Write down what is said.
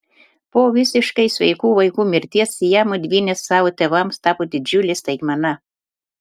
po visiškai sveikų vaikų mirties siamo dvynės savo tėvams tapo didžiule staigmena